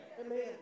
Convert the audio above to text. Amen